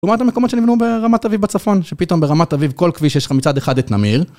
זאת אומרת, המקומות שנבנו ברמת אביב בצפון, שפתאום ברמת אביב כל כביש יש לך מצד אחד את נמיר.